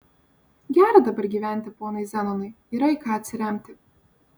gera dabar gyventi ponui zenonui yra į ką atsiremti